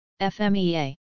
FMEA